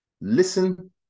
Listen